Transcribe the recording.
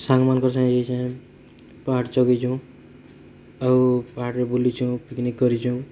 ସାଙ୍ଗ୍ମାନ୍କର୍ ସାଙ୍ଗେ ଯାଇଛେ ପାହାଡ଼୍ ଚଗିଚୁଁ ଆଉ ପାହାଡ଼୍ରେ ବୁଲିଛୁଁ ପିକ୍ନିକ୍ କରିଛୁଁ